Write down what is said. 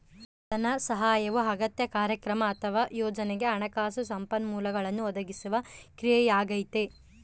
ಧನಸಹಾಯವು ಅಗತ್ಯ ಕಾರ್ಯಕ್ರಮ ಅಥವಾ ಯೋಜನೆಗೆ ಹಣಕಾಸು ಸಂಪನ್ಮೂಲಗಳನ್ನು ಒದಗಿಸುವ ಕ್ರಿಯೆಯಾಗೈತೆ